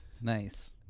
nice